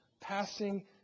passing